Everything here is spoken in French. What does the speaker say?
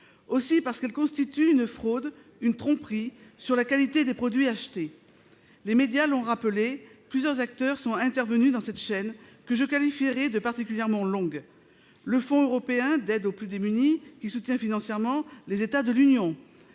Ensuite, parce qu'elle constitue une fraude, une tromperie sur la qualité des produits achetés. Les médias l'ont rappelé, plusieurs acteurs sont intervenus dans cette chaîne, que je qualifierai de particulièrement longue : le fonds européen d'aide aux plus démunis, qui soutient financièrement les États de l'Union